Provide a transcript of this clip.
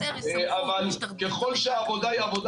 אבל ככל שהעבודה היא עבודה